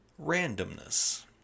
Randomness